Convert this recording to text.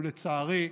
ולצערי,